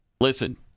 listen